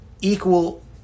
equal